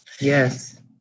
Yes